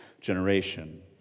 generation